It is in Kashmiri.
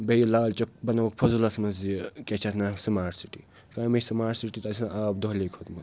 بیٚیہِ لال چوک بَنوُکھ فٔضوٗلَس منٛز یہِ کیٛاہ اَتھ ناو سماٹ سٹی کامے سماٹ سِٹی تَتھ چھُ آسان آب دۄہلی کھوٚتمُت